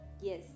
Yes